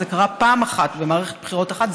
זה קרה פעם אחת במערכת בחירות אחת,